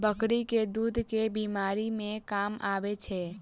बकरी केँ दुध केँ बीमारी मे काम आबै छै?